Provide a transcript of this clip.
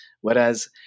Whereas